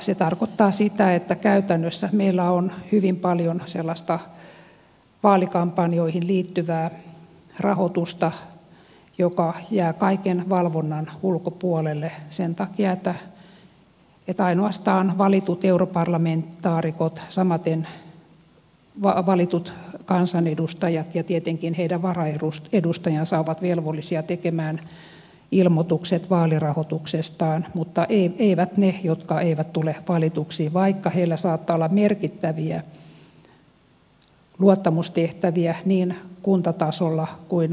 se tarkoittaa sitä että käytännössä meillä on hyvin paljon sellaista vaalikampanjoihin liittyvää rahoitusta joka jää kaiken valvonnan ulkopuolelle sen takia että ainoastaan valitut europarlamentaarikot samaten valitut kansanedustajat ja tietenkin heidän varaedustajansa ovat velvollisia tekemään ilmoitukset vaalirahoituksestaan mutta eivät ne jotka eivät tule valituksi vaikka heillä saattaa olla merkittäviä luottamustehtäviä niin kuntatasolla kuin valtakunnallisestikin